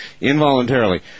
Involuntarily